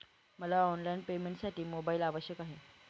मला ऑनलाईन पेमेंटसाठी मोबाईल आवश्यक आहे का?